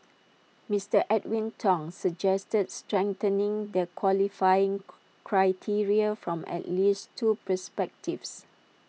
Mister Edwin Tong suggested strengthening the qualifying criteria from at least two perspectives